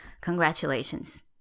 Congratulations